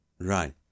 Right